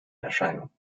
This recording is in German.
erscheinung